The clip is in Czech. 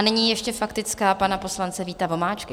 A nyní ještě faktická pana poslance Víta Vomáčky.